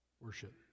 Worship